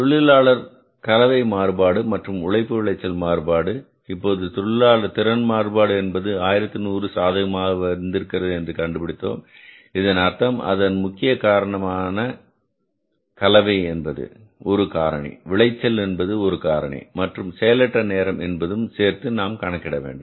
தொழிலாளர் தொழிலாளர் கலவை மாறுபாடு மற்றும் உழைப்பு விளைச்சல் மாறுபாடு இப்போது தொழிலாளர் திறன் மாறுபாடு என்பது 1100 சாதகமாக வந்திருந்தது கண்டுபிடித்தோம் இதன் அர்த்தம் அதன் முக்கியமான காரணம் கலவை என்பது ஒரு காரணி விளைச்சல் என்பது ஒரு காரணி மற்றும் செயலற்ற நேரம் என்பதும் சேர்த்து நாம் கணக்கிட வேண்டும்